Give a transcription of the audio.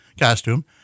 costume